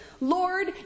Lord